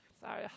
Sorry